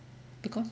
because